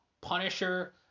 Punisher